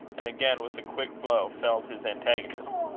and again with a quick blow felled his antagonist.